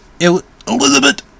Elizabeth